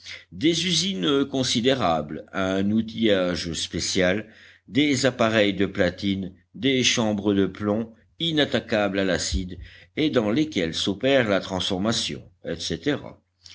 des usines considérables un outillage spécial des appareils de platine des chambres de plomb inattaquables à l'acide et dans lesquelles s'opère la transformation